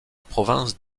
province